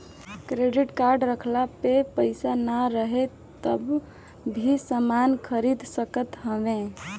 credit card रखला पे पईसा नाइ रहला पअ भी समान खरीद सकत हवअ